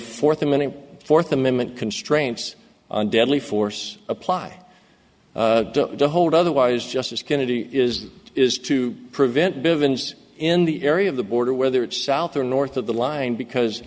fourth amendment fourth amendment constraints on deadly force apply to hold otherwise justice kennedy is is to prevent bivins in the area of the border whether it's south or north of the line because